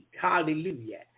Hallelujah